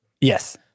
Yes